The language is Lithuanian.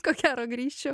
ko gero grįšiu